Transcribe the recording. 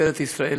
בארץ-ישראל,